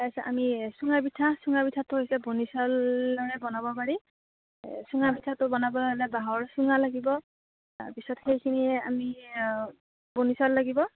তাৰপিছত আমি চুঙা পিঠা চুঙা পিঠাটো হৈছে বনি চাউলেৰে বনাব পাৰি এই চুঙা পিঠাটো বনাবলে হ'লে বাঁহৰ চুঙা লাগিব তাৰপিছত সেইখিনি আমি বনি চাউল লাগিব